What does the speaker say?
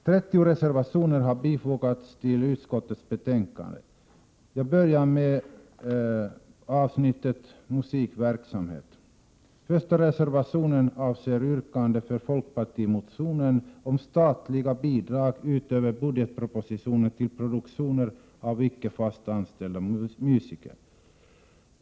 30 reservationer har fogats till utskottets betänkande. Jag börjar med avsnittet om musikverksamhet. I den första reservationen ges stöd för yrkandet i folkpartimotionen om statliga bidrag utöver förslaget i budgetpropositionen till produktioner av icke fast anställda musiker.